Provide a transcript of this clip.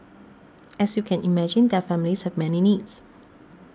as you can imagine their families have many needs